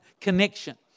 connection